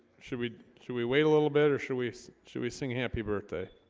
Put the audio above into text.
should we should we wait a little bit, or should we so should we sing happy birthday?